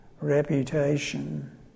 reputation